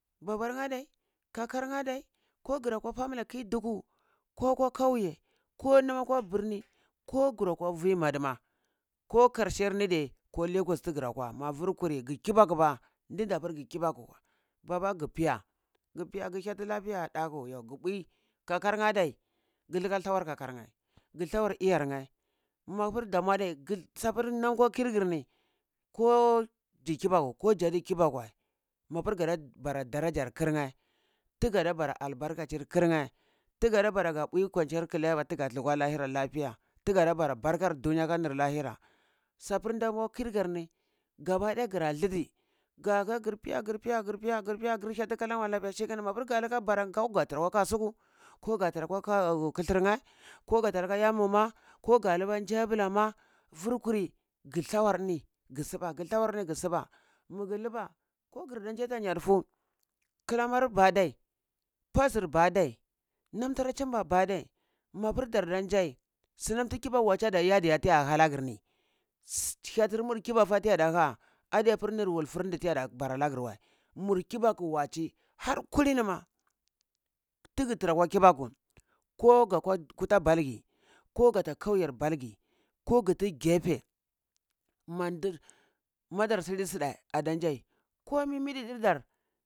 Babarnye adai, kakarnye adai, ko gra kwa famili a ki duku ko kwa kauye ko nama ka birni ko gura kwa vi madi ma, ko karsheni diye ko legos tugra kwa ma vur kuri gi kibaku ba ndinda pur gi kibaku, baba gpiya gfiya ghyati lafiya ɗaku yo gbui kakarnye adai gilika thawar kakarnye gi thawar iyarnye mapur damua adai sapur nam kwa kijyir girni koji kibaku ko ja di kibaku wəi mapur gada bara darajar kirnye ti gada bara albarkacir kirnye ti gada bara albarkacir kirnye ti gada bara ka bui kwaji kilewa tiga dukwa lahira lafiya, tiga bara barkar duniya ka nir lahira sapur nda lwa kiyir gir ni gaba daya gra dluzi kaka gir piya, gir piya, gir piya, gir piya, gi hyati kalani wəi lafiya shikenan mapur ga lika bara ngau ga tira kwa kasuku ko gatir kwa khithirnye ko ga lika iye mu ma ko ga luba jai abla ma vi kuri gi thawar ni gi sube gi thawar ni gi siba magu liba ko gidan jai ta yathu kilamar ba adai, pazir ba adai nam tara chimba ba adai mapur dardan jai sunam ti chibak waci ada iya ti yada hala girni hiyatir mur kibaku fa tiyada haa adi ya pur nir wulfur di nya da bara lagir wəi, mur kibaku waci har kulini ma tigi tara kwa kibaku, ko ga kwa kuta balgi ko gata kauyer balgi ko giti gefe mandir madar sili suɗai dan jai komi miɗeɗir dar